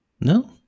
No